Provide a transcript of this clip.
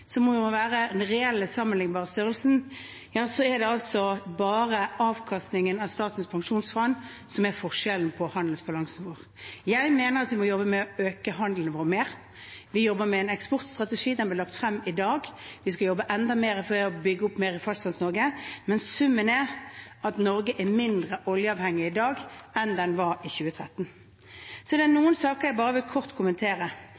jo må være den reelle, sammenlignbare størrelsen – er det bare avkastningen av Statens pensjonsfond som er forskjellen på handelsbalansen vår. Jeg mener at vi må jobbe mer med å øke handelen vår. Vi jobber med en eksportstrategi. Den ble lagt frem i dag. Vi skal jobbe enda mer for å bygge opp mer i Fastlands-Norge, men summen er at Norge er mindre oljeavhengig i dag enn man var i 2013. Så er det noen saker jeg bare kort vil kommentere.